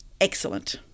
excellent